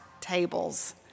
tables